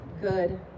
good